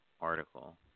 article